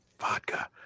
vodka